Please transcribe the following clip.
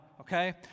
okay